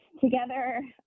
together